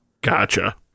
Gotcha